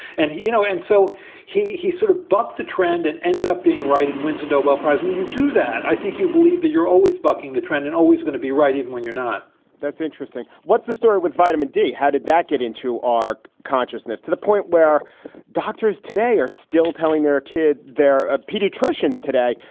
and, you know, and so he he sort of bucked the trend and ended up being right in wednesday's nobel prize. when you do that, i think you believe that you're always bucking the trend and always going to be right, even when you're not that's interesting. what's the story with vitamin d? how did that get into our consciousness to the point where doctors today are still telling their kid their ah pediatricians today?